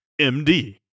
MD